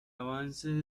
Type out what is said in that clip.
avance